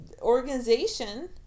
organization